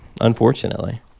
Unfortunately